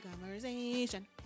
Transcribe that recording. conversation